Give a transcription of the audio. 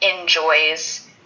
enjoys